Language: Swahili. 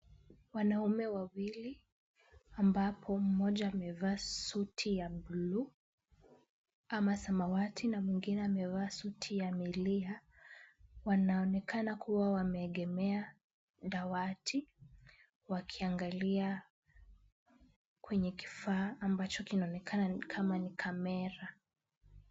Wanaume wawili ambapo mmoja amevaa suti ya buluu ama samawati na mwingine amevaa suti ya milia. Wanaonekana kuwa wameegemea dawati wakiangalia kwenye kifaa ambacho kinaonekana ni kama ni kamera.